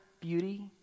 beauty